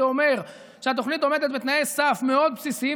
זה אומר שהתוכנית עומדת בתנאי סף מאוד בסיסיים,